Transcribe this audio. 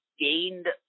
gained